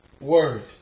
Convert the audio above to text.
word